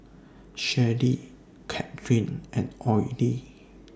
Sherrie Cathryn and Oley